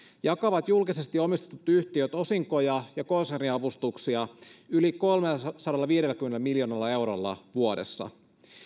jakavat julkisesti omistetut yhtiöt osinkoja ja konserniavustuksia yli kolmellasadallaviidelläkymmenellä miljoonalla eurolla vuodessa